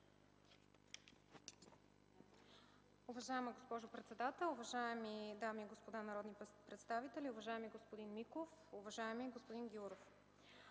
Уважаема госпожо председател, уважаеми дами и господа народни представители! Уважаеми господин Божинов, Вашата реплика е